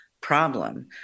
problem